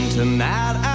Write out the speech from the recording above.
Tonight